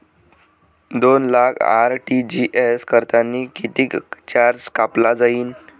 दोन लाख आर.टी.जी.एस करतांनी कितीक चार्ज कापला जाईन?